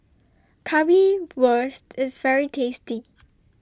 Currywurst IS very tasty